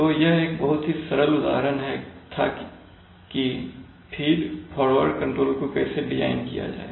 तो यह एक बहुत ही सरल उदाहरण था कि फीड फॉरवर्ड कंट्रोलर को कैसे डिजाइन किया जाए